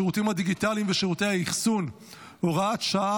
השירותים הדיגיטליים ושירותי האחסון (הוראת שעה,